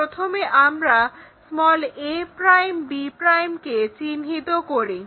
প্রথমে আমরা a b কে চিহ্নিত করি